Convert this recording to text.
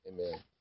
amen